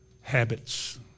habits